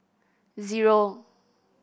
zero